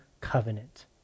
covenant